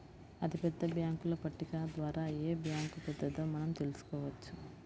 అతిపెద్ద బ్యేంకుల పట్టిక ద్వారా ఏ బ్యాంక్ పెద్దదో మనం తెలుసుకోవచ్చు